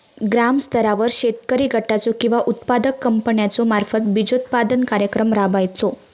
ग्रामस्तरावर शेतकरी गटाचो किंवा उत्पादक कंपन्याचो मार्फत बिजोत्पादन कार्यक्रम राबायचो?